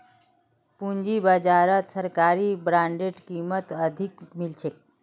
पूंजी बाजारत सरकारी बॉन्डेर कीमत अधिक मिल छेक